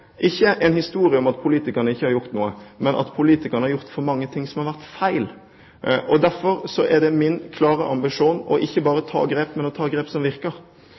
ikke en historie om at politikerne ikke har gjort noe, men om at politikerne har gjort for mye som har vært feil. Derfor er det min klare ambisjon ikke bare å ta grep, men å ta grep som virker.